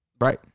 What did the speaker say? Right